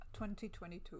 2022